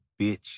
bitch